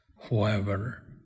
whoever